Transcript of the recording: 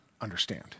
understand